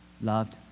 loved